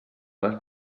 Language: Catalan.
les